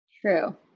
True